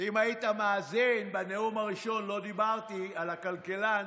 ואם היית מאזין, בנאום הראשון לא דיברתי על הכלכלן